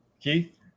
Keith